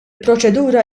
proċedura